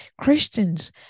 Christians